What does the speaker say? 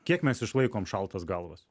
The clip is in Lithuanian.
kiek mes išlaikom šaltas galvas